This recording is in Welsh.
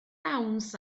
dawns